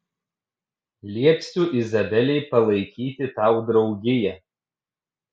liepsiu izabelei palaikyti tau draugiją